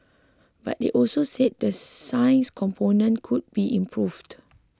but they also said the science component could be improved